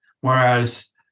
Whereas